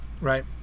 right